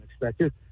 expected